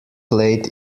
played